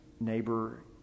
neighbor